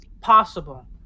possible